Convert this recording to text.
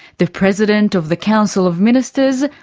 the president of the council of ministers,